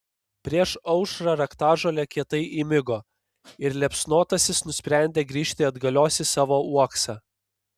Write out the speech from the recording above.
prieš aušrą raktažolė kietai įmigo ir liepsnotasis nusprendė grįžti atgalios į savo uoksą